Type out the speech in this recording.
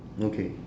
okay